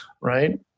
right